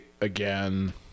again